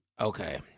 Okay